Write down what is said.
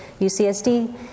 UCSD